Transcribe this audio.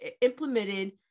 implemented